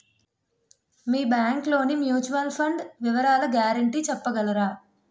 మీ bank లోని mutual fund వివరాల guarantee చెప్పగలరా?